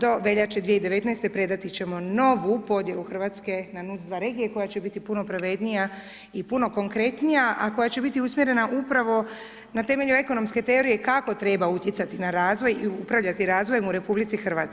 Do veljače 2019.-te predati ćemo novu podjelu RH na NUTS - 2 regije, koja će biti puno pravednija i puno konkretnija, a koja će biti usmjerena upravo na temelju ekonomske teorije kako treba utjecati na razvoj i upravljati razvojem u RH.